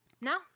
No